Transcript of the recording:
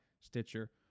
Stitcher